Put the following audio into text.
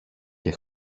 και